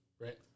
Right